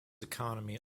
economy